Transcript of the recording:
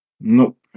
Nope